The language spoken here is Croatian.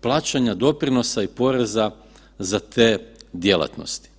plaćanja doprinosa i poreza za te djelatnosti.